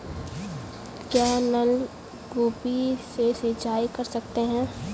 क्या नलकूप से सिंचाई कर सकते हैं?